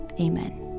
Amen